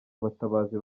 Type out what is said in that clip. abatabazi